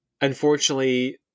unfortunately